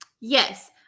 yes